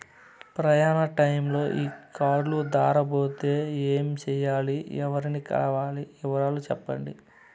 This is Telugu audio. ప్రయాణ టైములో ఈ కార్డులు దారబోతే ఏమి సెయ్యాలి? ఎవర్ని కలవాలి? వివరాలు సెప్పండి?